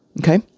Okay